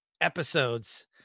episodes